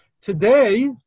Today